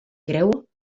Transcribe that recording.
creu